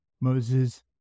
Moses